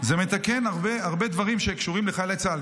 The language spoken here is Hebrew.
זה מתקן הרבה דברים שקשורים לחיילי צה"ל,